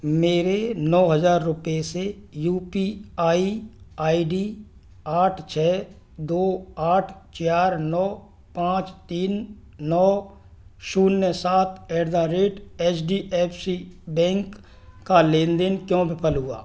मेरे नौ हज़ार रुपये से U P I I D आठ छः दो आठ चार नौ पाँच तीन नौ शून्य सात at the rate H D F C bank का लेन देन क्यों विफल हुआ